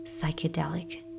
psychedelic